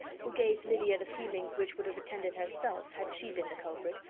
who gave lydia the feelings which would have attended herself, had she been the culprit,